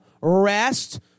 rest